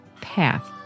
path